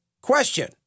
question